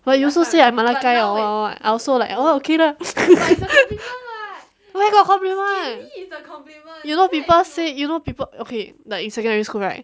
but you also say I malacca or I also like oh okay lah where got complement you know people say you know people okay like in secondary school right